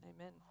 amen